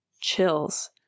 chills